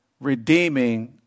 redeeming